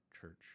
church